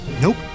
Nope